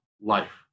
life